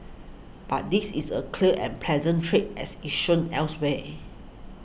but this is a clear and present threat as it's shown elsewhere